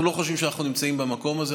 אנחנו לא חושבים שאנחנו נמצאים במקום הזה.